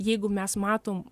jeigu mes matom